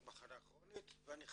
למחלה כרונית ואני חי,